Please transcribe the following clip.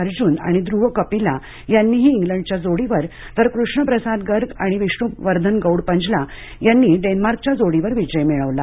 अर्जुन आणि ध्रूव कपिला यांनीही ग्निडच्या जोडीवर तर कृष्ण प्रसाद गर्ग आणि विष्णू वर्धन गौड पंजला यांनी डेन्मार्कच्या जोडीवर विजय मिळवला